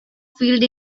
field